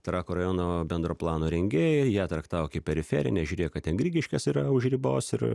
trakų rajono bendro plano rengėjai ją traktavo kaip periferinę žiūrėjo kad ten grigiškės yra už ribos ir